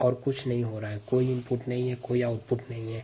चूँकि यहाँ कुछ नहीं हो रहा है कोई आगम और निर्गम नहीं है